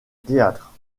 théâtre